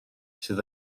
sydd